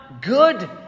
good